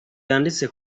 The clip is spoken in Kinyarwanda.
yanditse